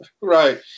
right